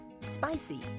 spicy